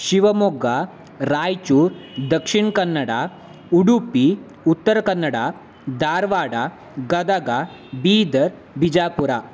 Shivamogga Raichur Dakshina Kannada Udupi Uttara Kannada Dharwad Gadag Bidar Bijapur